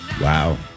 wow